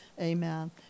Amen